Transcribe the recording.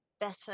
better